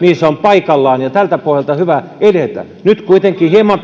niin se on paikallaan ja tältä pohjalta on hyvä edetä nyt kuitenkin hieman